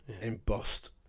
embossed